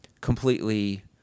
completely